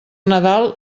nadal